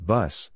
Bus